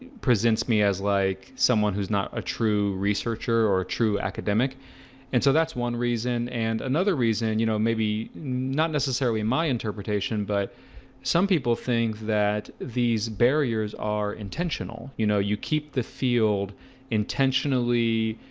presents me as like someone who's not a true researcher or true academic and so that's one reason and another reason, you know, maybe not necessarily my interpretation but some people think that these barriers are intentional, you know you keep the field intentionally